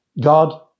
God